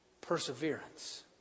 Perseverance